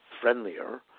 friendlier